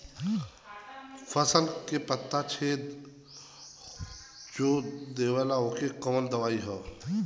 फसल के पत्ता छेद जो देवेला ओकर कवन दवाई ह?